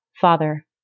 Father